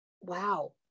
Wow